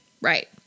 Right